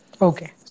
Okay